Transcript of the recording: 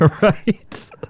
Right